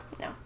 No